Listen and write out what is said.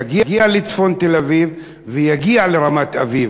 יגיע לצפון תל-אביב ויגיע לרמת-אביב.